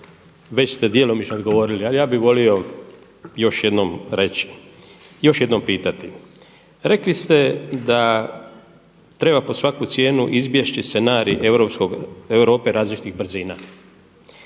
već ste djelomično odgovorili. Ali ja bih volio još jednom reći, još jednom pitati. Rekli ste da treba pod svaku cijenu izbjeći scenarij Europe različitih brzina